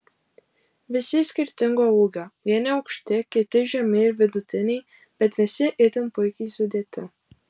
visi skirtingo ūgio vieni aukšti kiti žemi ir vidutiniai bet visi itin puikiai sudėti